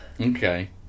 Okay